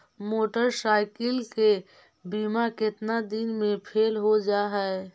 Motorcycle के बिमा केतना दिन मे फेल हो जा है?